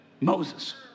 Moses